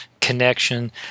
connection